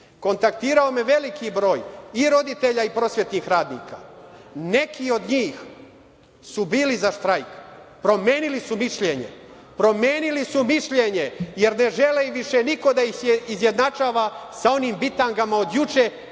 kontaktirao me je veliki broj i roditelja i prosvetnih radnika. Neki od njih su bili za štrajk. Promenili su mišljenje. Promenili su mišljenje jer ne žele da ih više niko izjednačava sa onim bitangama od juče,